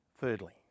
Thirdly